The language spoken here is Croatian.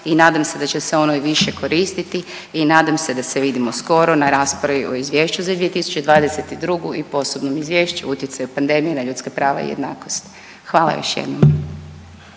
i nadam se da će se ono i više koristiti i nadam se da se vidimo skoro na raspravi o izvješću za 2022. i posebnom izvješću utjecaju pandemije na ljudska prava i jednakost, hvala još jednom.